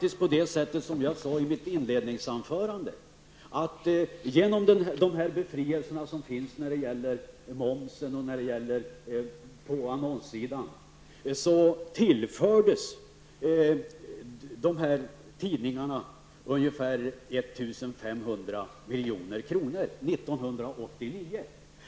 Som jag sade i mitt inledningsanförande, tillfördes tidningarna år 1989 genom befrielsen från moms och lättnaden på annonssidan ungefär 1 500 milj.kr.